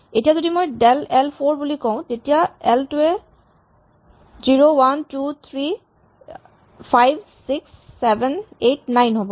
এতিয়া যদি মই ডেল এল ৪ বুলি কওঁ তেতিয়া এল টো ০ ১ ২ ৩ ৫ ৬ ৭ ৮ ৯ হ'ব